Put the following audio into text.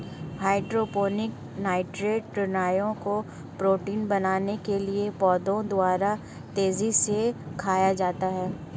hydroponic nitrate ऋणायनों को protein बनाने के लिए पौधों द्वारा तेजी से खाया जाता है